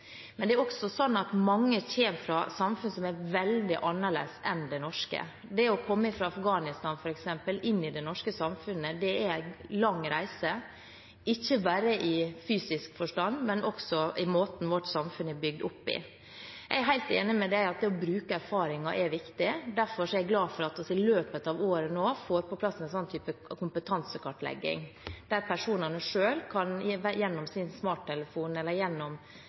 er også sånn at mange kommer fra samfunn som er veldig annerledes enn det norske. Det å komme fra f.eks. Afghanistan inn i det norske samfunnet er en lang reise, ikke bare i fysisk forstand, men også når det gjelder måten vårt samfunn er bygd opp på. Jeg er helt enig i at det å bruke erfaringer er viktig, og derfor er jeg glad for at vi nå i løpet av året får på plass en sånn type kompetansekartlegging, der personene selv gjennom sin smarttelefon eller gjennom